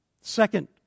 Second